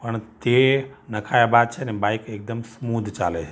પણ તે નખાવ્યા બાદ છે ને બાઇક એકદમ સ્મૂધ ચાલે છે